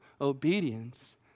obedience